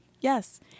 Yes